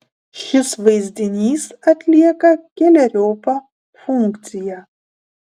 šis vaizdinys atlieka keleriopą funkciją